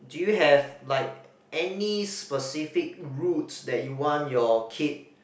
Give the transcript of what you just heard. do you have like any specific routes that you want your kid